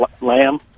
Lamb